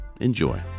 enjoy